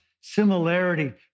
similarity